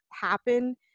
happen